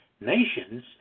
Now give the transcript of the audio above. Nations